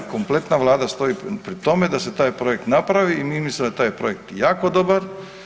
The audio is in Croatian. Kompletna Vlada stoji pri tome da se taj projekt napravi i mislim da je taj projekt jako dobar.